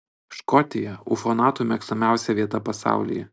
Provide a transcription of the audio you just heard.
škotija ufonautų mėgstamiausia vieta pasaulyje